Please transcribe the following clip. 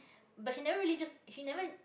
but she never really just she never